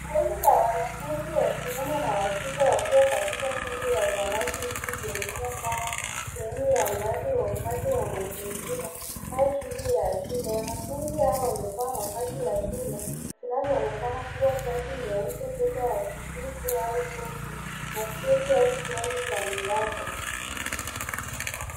Kundi la wanafunzi wa kiume na wa kike wakiwa katika shughuli ya upandaji miti pengine kama sehemun ya mradi wa uhifadhi wa mazingira au shughuli ya shule. Wanafunzi Hawa wamevaa mavazi ya shule ,zinazoonekana kuwa shati nyeupe ,sweta ya kijivu au koti na sketi au suruali za miraba.